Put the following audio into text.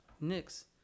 Knicks